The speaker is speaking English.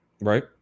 Right